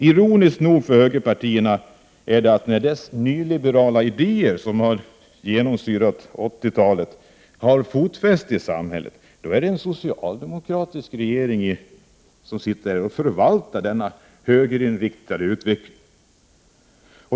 Ironiskt nog för högerpartierna är att när deras nyliberala idéer, som har genomsyrat 80-talet, har fotfäste i samhället, är det en socialdemokratisk regering som förvaltar denna högerinriktade politik.